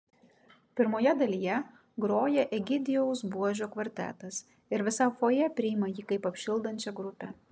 pirmoje dalyje groja egidijaus buožio kvartetas ir visa fojė priima jį kaip apšildančią grupę